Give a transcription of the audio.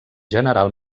general